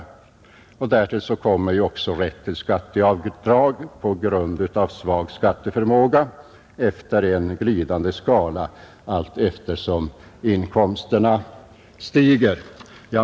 Därtill kommer ju också rätten till skatteavdrag på grund av svag skatteförmåga efter en glidande skala allteftersom inkomsterna stiger.